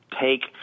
take